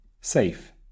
Safe –